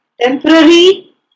temporary